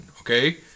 okay